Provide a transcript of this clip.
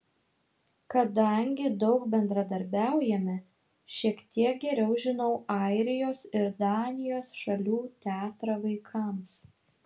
kadangi daug bendradarbiaujame šiek tiek geriau žinau airijos ir danijos šalių teatrą vaikams